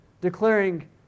declaring